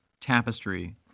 tapestry